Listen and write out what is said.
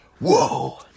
Whoa